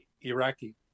iraqi